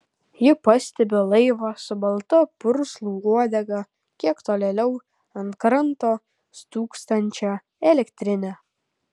ji pastebi laivą su balta purslų uodega kiek tolėliau ant kranto stūksančią elektrinę